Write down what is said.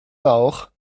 rauch